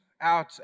out